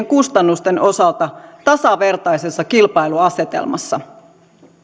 kustannusten osalta tasavertaisessa kilpailuasetelmassa